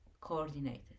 coordinated